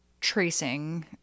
tracing